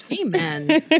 Amen